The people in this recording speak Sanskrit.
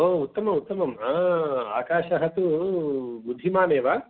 ओ उत्तमम् उत्तमम् आकाशः तु बुद्धिमानेव